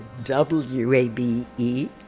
WABE